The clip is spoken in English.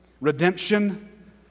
Redemption